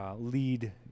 lead